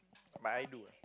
but I do what